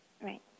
right